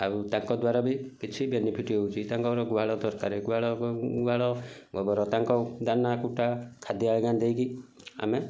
ଆଉ ତାଙ୍କଦ୍ଵାରା ବି କିଛି ବେନିଫିଟ ହଉଛି ତାଙ୍କର ଗୁହାଳ ଦରକାରେ ଗୁହାଳ ଗୁହାଳ ଗୋବର ତାଙ୍କ ଦାନା କୁଟା ଖାଦ୍ୟ ଆଜ୍ଞା ଦେଇକି ଆମେ